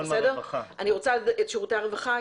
אני רוצה את שירותי הרווחה.